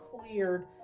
cleared